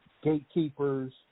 gatekeepers